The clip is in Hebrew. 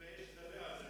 אני מתבייש לדבר על זה,